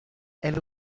elle